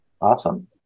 Awesome